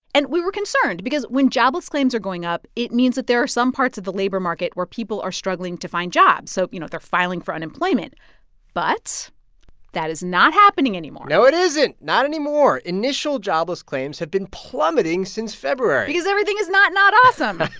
and we were concerned because when jobless claims are going up, it means that there are some parts of the labor market where people are struggling to find jobs, so, you know, they're filing for unemployment but that is not happening anymore no, it isn't not anymore. initial jobless claims have been plummeting since february because everything is not, not awesome